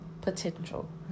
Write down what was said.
potential